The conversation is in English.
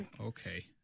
okay